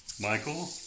Michael